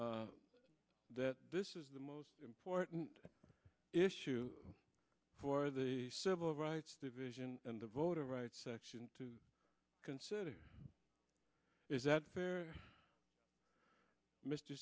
that this is the most important issue for the civil rights division and the voter rights section to consider is that fair mr